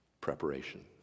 preparation